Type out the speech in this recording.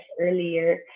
earlier